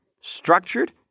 structured